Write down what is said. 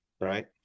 Right